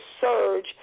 surge